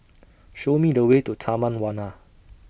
Show Me The Way to Taman Warna